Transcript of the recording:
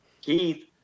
Keith